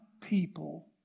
people